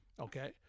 okay